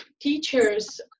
teachers